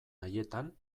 haietan